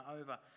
over